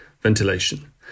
ventilation